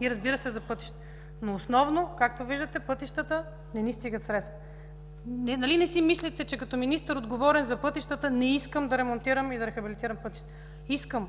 и, разбира се, за пътищата. Основно обаче, както виждате, средствата за пътищата не достигат. Нали не си мислите, че като министър, отговорен за пътищата, не искам да ремонтирам и да рехабилитирам пътищата. Искам,